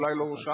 אולי לא שאלתי,